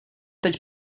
teď